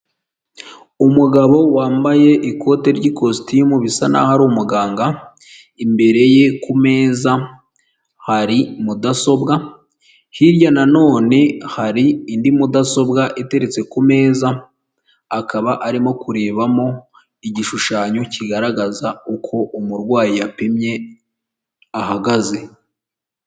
Umugabo wambaye ikote ry'ikositimu bisa nk'aho ari umuganga, imbere ye kumeza hari mudasobwa, hirya naho hari indi mudasobwa iteretse ku meza, akaba arimo kurebamo igishushanyo kigaragaza uko umurwayi yapimye ahagaze.